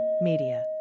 Media